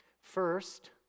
First